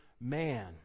man